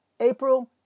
April